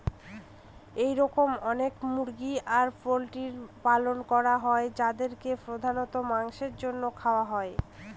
এরকম অনেক মুরগি আর পোল্ট্রির পালন করা হয় যাদেরকে প্রধানত মাংসের জন্য খাওয়া হয়